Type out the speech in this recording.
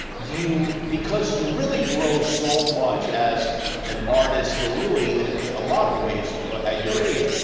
you, because you really grow so much as an artist, ah really, in a lot of ways at your age,